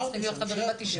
צריכים להיות בה תשעה חברים.